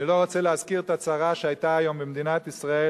אני לא רוצה להזכיר את הצרה שהיתה היום במדינת ישראל,